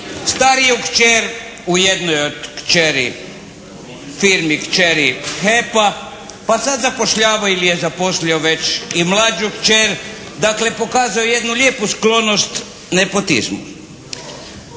stariju kćer u jednoj od kćeri firmi kćeri HEP-a pa sad zapošljava ili je zaposlio već i mlađu kćer. Dakle, pokazuje jednu lijepu sklonost nepotizmu.